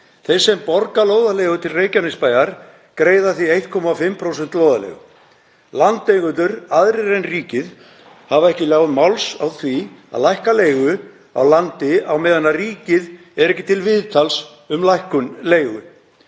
Þeir sem borga lóðarleigu til Reykjanesbæjar greiða því 1,5% lóðarleigu. Landeigendur aðrir en ríkið hafa ekki ljáð máls á því að lækka leigu á landi á meðan ríkið er ekki til viðtals um lækkun leigu.